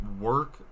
work